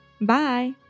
Bye